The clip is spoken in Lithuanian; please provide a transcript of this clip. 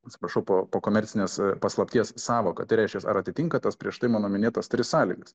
atsiprašau po po komercinės paslapties sąvoka tai reiškias ar atitinka tas prieš tai mano minėtas tris sąlygas